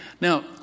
Now